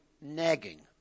nagging